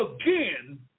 again